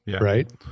right